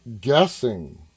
guessing